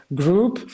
group